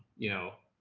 you know,